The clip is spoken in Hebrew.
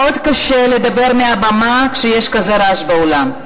ומאוד קשה לדבר מהבמה כשיש כזה רעש באולם.